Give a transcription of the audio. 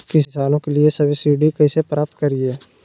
किसानों के लिए सब्सिडी कैसे प्राप्त करिये?